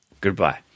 Goodbye